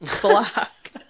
Black